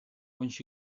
once